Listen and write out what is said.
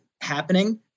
happening